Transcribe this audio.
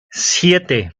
siete